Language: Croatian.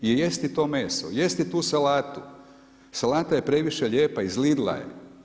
I jesti to meso, jesti tu salatu, salata je previše lijepa iz Lidla je.